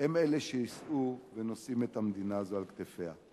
הם אלה שיישאו ונושאים את המדינה הזו על כתפיהם.